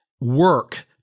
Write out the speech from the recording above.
work